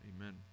Amen